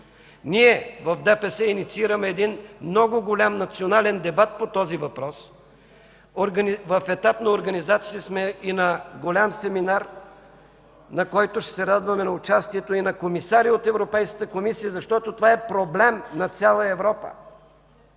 Ние от ДПС инициираме един много голям национален дебат по този въпрос. В етап на организация сме и на голям семинар, на който ще се радваме на участието и на комисари от Европейската комисия, защото това е проблем на цяла Европа